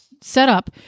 setup